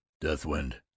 Deathwind